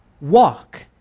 walk